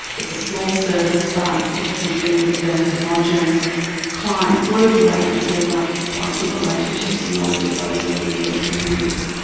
it's a small service but because we're dealing with a fairly homogenous client group, we're able to build up quite good relationships and knowledge of those women and their communities.